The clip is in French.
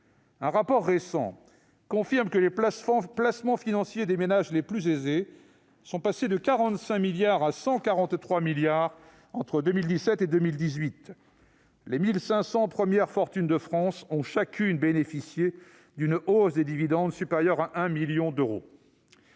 Un rapport récent confirme que les placements financiers des ménages les plus aisés sont passés de 45 milliards à 143 milliards d'euros entre 2017 et 2018. Les 1 500 premières fortunes de France ont chacune bénéficié d'une hausse des dividendes supérieure à 1 million d'euros.